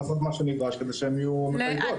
צריך לעשות מה שנדרש כדי שהן יהיו מחייבות.